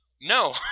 No